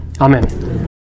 Amen